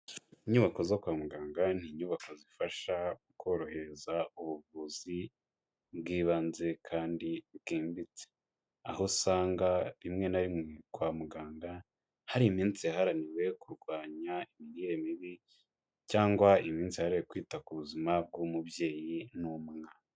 Inyubako zo kwa muganga ni inyubako zifasha mu korohereza ubuvuzi bw'ibanze kandi bwimbitse. Aho usanga rimwe na rimwe kwa muganga hari iminsi yaharaniwe kurwanya imirire mibi, cyangwa iminsi yahariwe kwita ku buzima bw'umubyeyi n'umwana.